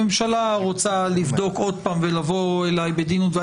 הממשלה רוצה לבדוק עוד פעם ולבוא אליי בדין ודברים,